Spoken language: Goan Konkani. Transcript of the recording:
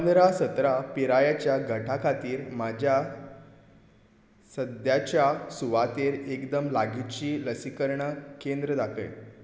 पंदरा सतरा पिरायेच्या गटा खातीर म्हाज्या सद्याच्या सुवातेर एकदम लागींची लसीकरणां केंद्र दाखय